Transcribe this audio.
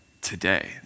today